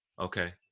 Okay